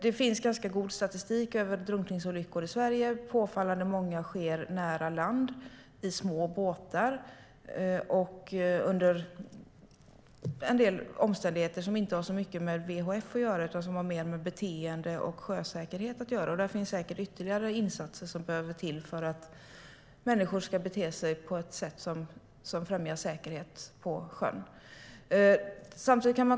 Det finns ganska god statistik över drunkningsolyckor i Sverige. Påfallande många sker nära land, i små båtar och under omständigheter som inte har så mycket med VHF att göra utan som har mer med beteende och sjösäkerhet att göra. Det finns säkert ytterligare insatser som behöver till för att människor ska bete sig på ett sätt som främjar säkerhet på sjön.